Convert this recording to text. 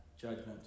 judgment